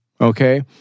okay